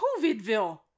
COVIDville